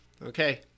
Okay